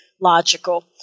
logical